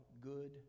good